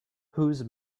whose